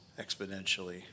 exponentially